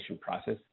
process